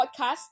podcast